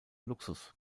luxus